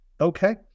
Okay